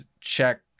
check